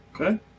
Okay